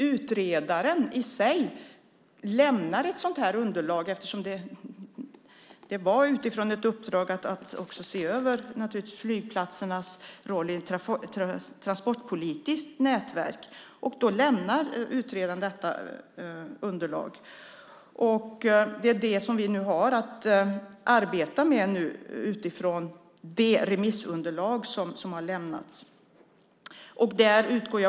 Utredaren lämnar ett sådant här underlag eftersom uppdraget var att också se över flygplatsernas roll i ett transportpolitiskt nätverk. Då lämnar utredaren detta underlag. Det är utifrån det remissunderlag som har lämnats som vi nu har att arbeta.